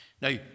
Now